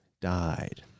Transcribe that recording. died